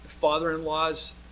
father-in-law's